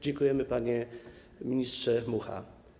Dziękujemy, panie ministrze Mucha.